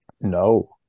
No